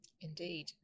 Indeed